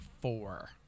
four